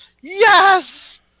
yes